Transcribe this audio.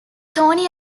tony